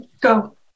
go